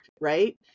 right